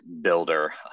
builder